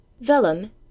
Vellum